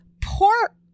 poor